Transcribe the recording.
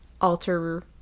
alter